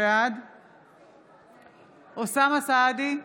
בעד אוסאמה סעדי,